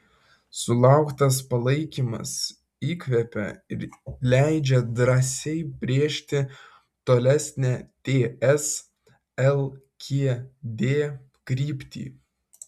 sulauktas palaikymas įkvepia ir leidžia drąsiai brėžti tolesnę ts lkd kryptį